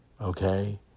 okay